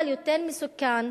אבל יותר מסוכן,